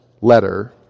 letter